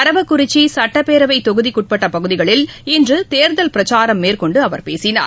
அரவக்குறிச்சி சட்டப்பேரவை தொகுதிக்கு உட்பட் பகுதிகளில் இன்று தேர்தல் பிரச்சாரம் மேற்கொண்டு அவர் பேசினார்